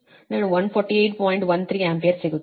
13 ampere ಸಿಗುತ್ತದೆ